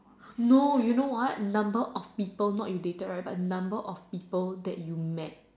no you know what number of people not you dated right but number of people that you met